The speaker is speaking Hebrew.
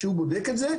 הוא בודק את זה,